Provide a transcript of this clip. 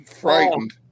Frightened